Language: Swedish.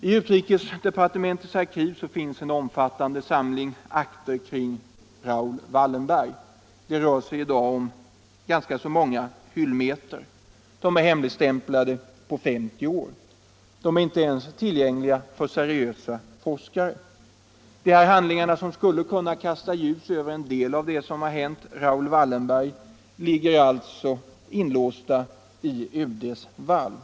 I utrikesdepartementets arkiv finns en omfattande samling akter kring — Nr 35 Wallenberg. Det rör sig i dag om ganska många hyllmeter. Dessa är Onsdagen den hemligstämplade på 50 år. De är inte ens tillgängliga för seriösa forskare. 12 mars 1975 Dessa handlingar, som skulle kunna kasta ljus över en del av det som i hänt Wallenberg, ligger alltså inlåsta i UD:s valv.